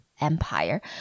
Empire